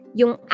yung